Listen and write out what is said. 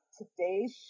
today's